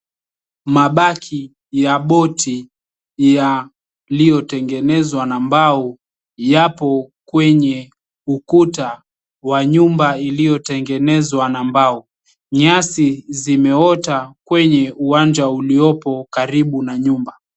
Mabaki ya boti iliyotengenezwa na mbao yapo kwenye ukuta wa nyumba iliyotengenezwa na mbao. Nyasi zimeota kwenye uwanja uliopo karibu na nyumba.